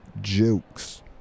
jokes